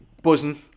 buzzing